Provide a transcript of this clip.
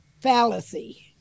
fallacy